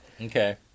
Okay